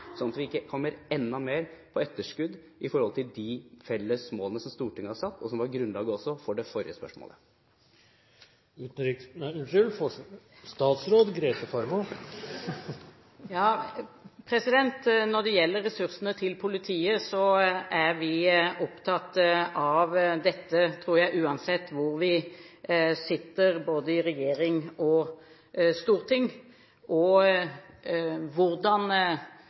sånn at vi ikke kommer enda mer på etterskudd i forhold til de felles målene som Stortinget har satt? Dette var også grunnlaget for det forrige spørsmålet. Når det gjelder ressursene til politiet, tror jeg vi er opptatt av det uansett hvor vi sitter – både i regjering og i storting. Hvordan prioriteringene er, og